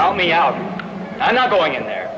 all me out i'm not going in there